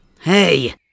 Hey